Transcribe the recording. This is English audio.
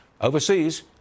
Overseas